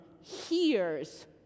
hears